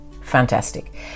fantastic